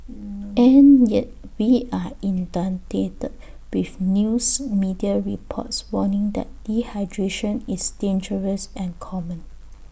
and yet we are inundated with news media reports warning that dehydration is dangerous and common